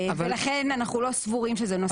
ולכן אנחנו לא סבורים שזה נושא חדש.